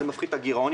זה מפחית את הגירעון.